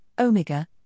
Omega